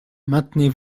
maintenez